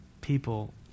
people